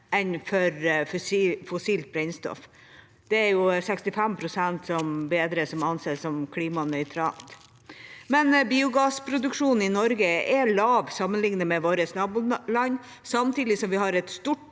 enn for fossilt brennstoff. Det er jo 65 pst. bedre enn det som anses som klimanøytralt. Biogassproduksjonen i Norge er lav sammenlignet med våre naboland, samtidig som vi har et stort